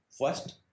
first